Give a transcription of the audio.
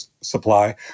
supply